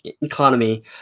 economy